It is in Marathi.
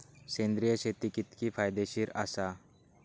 सेंद्रिय शेती कितकी फायदेशीर आसा?